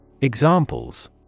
Examples